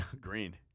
green